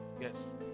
Yes